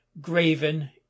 graven